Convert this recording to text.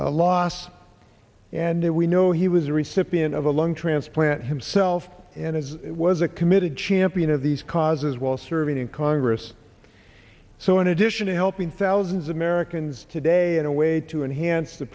norwood's loss and then we know he was a recipient of a lung transplant himself and i was a committed champion of these causes while serving in congress so in addition to helping thousands of americans today in a way to enhance the